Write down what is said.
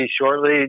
shortly